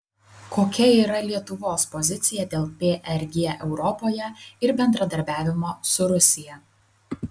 kokia yra lietuvos pozicija dėl prg europoje ir bendradarbiavimo su rusija